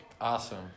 Awesome